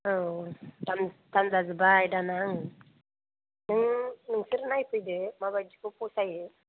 औ दाम जोबबाय दाना उम नों नोंसोर नायफैदो मा बायदिखौ फसायो